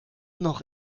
noch